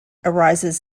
arises